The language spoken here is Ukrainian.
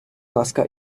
ласка